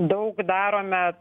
daug darome